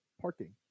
parking